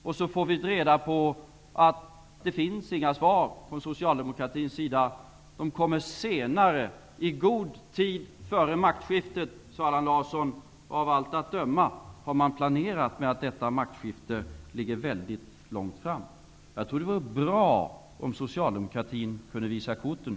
Sedan får vi reda på att det inte finns några svar från Socialdemokraterna. De kommer senare, i god tid före maktskiftet, sade Allan Larsson. Av allt att döma har man planerat med att detta maktskifte ligger mycket långt fram. Det vore bra om Socialdemokraterna kunde visa korten.